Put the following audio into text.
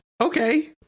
okay